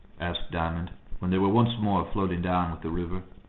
asked diamond when they were once more floating down the river.